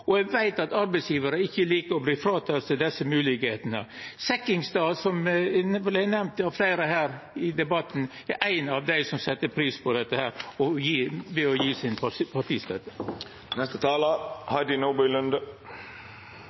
og eg veit at arbeidsgjevarar ikkje liker å verte fråtekne desse moglegheitene. Sekkingstad, som vart nemnd av fleire her i debatten, er ein av dei som set pris på dette